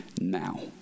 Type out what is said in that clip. now